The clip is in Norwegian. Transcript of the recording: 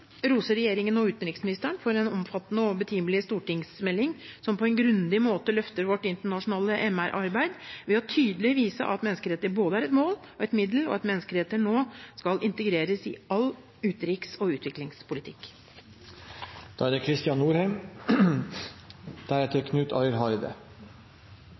regjeringen og utenriksministeren for en omfattende og betimelig stortingsmelding, som på en grundig måte løfter vårt internasjonale menneskerettighetsarbeid ved tydelig å vise at menneskerettigheter både er et mål og et middel, og at menneskerettigheter nå skal integreres i all utenriks- og utviklingspolitikk. For første gang på 15 år har regjeringen lagt frem en stortingsmelding om menneskerettigheter. Det er